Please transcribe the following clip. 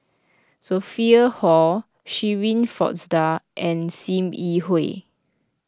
Sophia Hull Shirin Fozdar and Sim Yi Hui